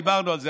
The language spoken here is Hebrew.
דיברנו על זה.